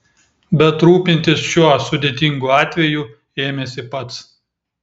bet rūpintis šiuo sudėtingu atveju ėmėsi pats